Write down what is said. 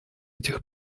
этих